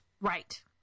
Right